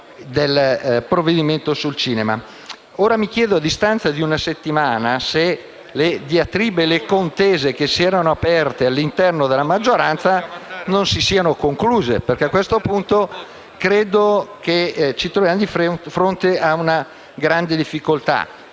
Ora, mi chiedo, a distanza di una settimana, se le diatribe e le contese che si erano aperte all'interno della maggioranza non si siano concluse perché, a questo punto, credo che ci troviamo di fronte a una grande difficoltà: